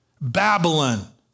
Babylon